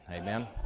amen